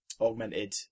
Augmented